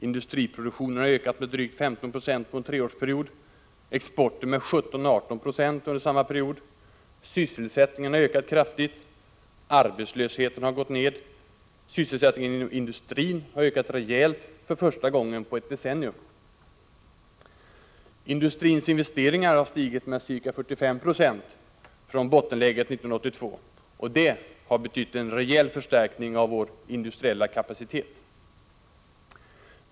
Industriproduktionen har ökat med drygt 1596 på en treårsperiod och exporten med 17-18 76 under samma period. Sysselsättningen har ökat kraftigt och arbetslösheten gått ned. Sysselsättningen inom industrin har ökat rejält för första gången på ett decennium. Industrins investeringar har stigit med ca 45 90 från bottenläget 1982, och det har betytt en rejäl förstärkning av vår industriella kapacitet.